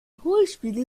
hohlspiegel